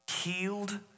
healed